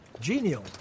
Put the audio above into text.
genial